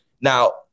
now